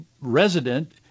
resident